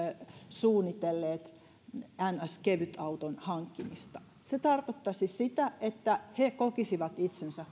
suunnitelleet niin sanottu kevytauton hankkimista se tarkoittaisi sitä että he kokisivat itsensä